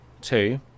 two